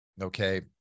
okay